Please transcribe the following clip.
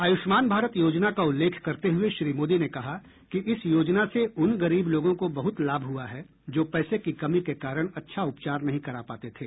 आयूष्मान भारत योजना का उल्लेख करते हुए श्री मोदी ने कहा कि इस योजना से उन गरीब लोगों को बहुत लाभ हुआ है जो पैसे की कमी के कारण अच्छा उपचार नहीं करा पाते थे